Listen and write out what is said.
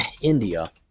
India